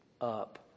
up